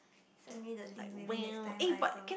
send me the link maybe next time I go